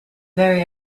very